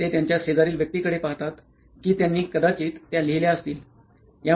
ते त्यांच्या शेजारील व्यक्तीकडे पाहतात कि त्यांनी कदाचित त्या लिहल्या असतील